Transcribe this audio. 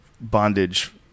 bondage